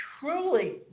truly